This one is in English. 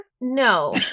No